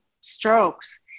strokes